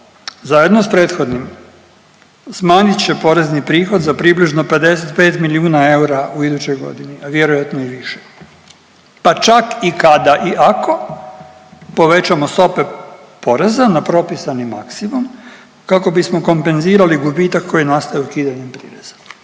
zajedno sa prethodnim smanjit će porezni prihod za približno 55 milijuna eura u idućoj godini, a vjerojatno i više pa čak i kada i ako povećamo stope poreza na propisani maksimum kako bismo kompenzirali gubitak koji je nastao ukidanjem prireza.